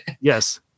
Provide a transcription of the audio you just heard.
Yes